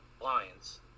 Lions